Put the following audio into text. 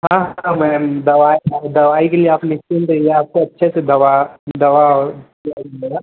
हाँ हाँ मैम दवाई आप दवाई के लिए आप निश्चिंत रहिए आपको अच्छे से दवा दवा और इलाज मिलेगा